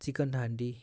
chicken handy